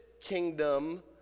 kingdom